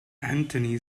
anthony